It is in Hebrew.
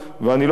ואני לא חושב,